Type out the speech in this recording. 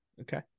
Okay